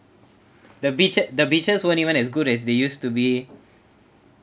the beaches the beaches weren't even as good as they used to be